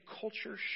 culture